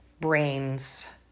brains